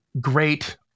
great